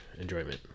enjoyment